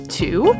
two